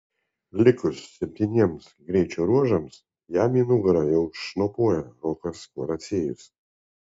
likus septyniems greičio ruožams jam į nugarą jau šnopuoja rokas kvaraciejus